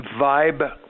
Vibe